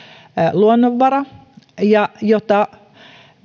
luonnonvara ja jota